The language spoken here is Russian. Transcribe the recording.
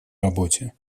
работе